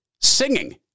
singing